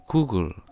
Google